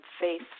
faith